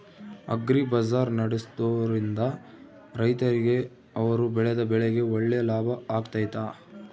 Agri bazaar ನಡೆಸ್ದೊರಿಂದ ರೈತರಿಗೆ ಅವರು ಬೆಳೆದ ಬೆಳೆಗೆ ಒಳ್ಳೆ ಲಾಭ ಆಗ್ತೈತಾ?